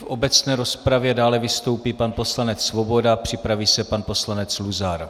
V obecné rozpravě dále vystoupí pan poslanec Svoboda, připraví se pan poslanec Luzar.